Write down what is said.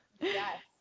Yes